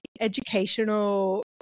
educational